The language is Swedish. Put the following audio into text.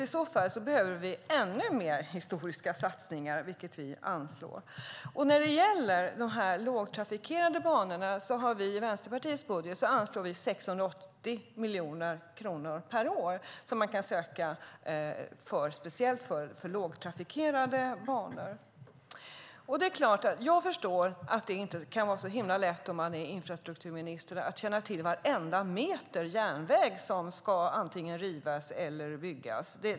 I så fall behöver vi ännu mer historiska satsningar, vilket vi anslår. När det gäller de lågtrafikerade banorna anslår vi i Vänsterpartiets budget 680 miljoner kronor per år som man kan söka speciellt för lågtrafikerade banor. Jag förstår att det inte kan vara så himla lätt om man är infrastrukturminister att känna till varenda meter järnväg som ska antingen rivas eller byggas.